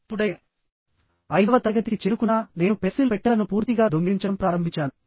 ఎప్పుడైతే ఐదవ తరగతికి చేరుకున్న నేను పెన్సిల్ పెట్టెలను పూర్తిగా దొంగిలించడం ప్రారంభించాను